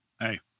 Hey